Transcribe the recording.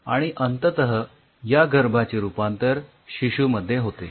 आणि अंततः या गर्भाचे रूपांतर शिशूमध्ये होते